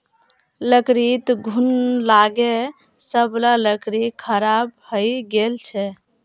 लकड़ीत घुन लागे सब ला लकड़ी खराब हइ गेल छेक